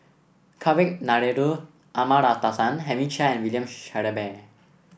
Kavignareru Amallathasan Henry Chia and William Shellabear